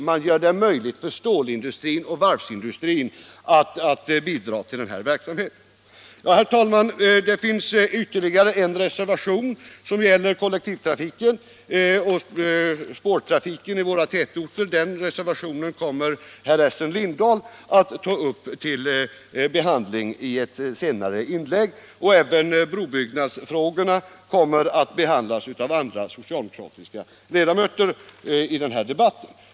Man gör det möjligt för stål och varvsindustrin att bidra till denna verksamhet och därmed skapa sysselsättning inom dessa krisdrabbade näringar. 150 Herr talman! Det finns ytterligare en reservation, och den gäller spårtrafiken i våra tätorter. Den reservationen kommer Essen Lindahl att ta upp till behandling i ett senare inlägg. Även brobyggnadsfrågorna kommer att behandlas av andra socialdemokratiska ledamöter i den här debatten.